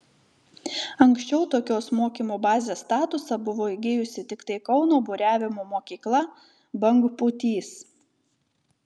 anksčiau tokios mokymo bazės statusą buvo įgijusi tiktai kauno buriavimo mokykla bangpūtys